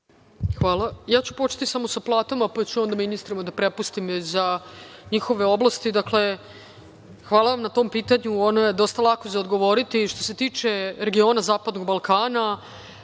Hvala. Ja ću početi samo sa platama, pa ću onda ministrima da prepustim za njihove oblasti. Dakle, hvala vam na tom pitanju. Ono je dosta lako za odgovoriti. Što se tiče regiona zapadnog Balkana